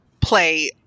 play